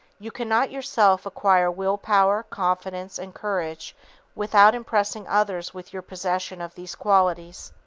you cannot yourself acquire will-power, confidence and courage without impressing others with your possession of these qualities.